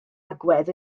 agwedd